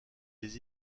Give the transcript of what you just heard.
les